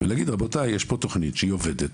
ולהגיד רבותיי יש פה תוכנית שהיא עובדת,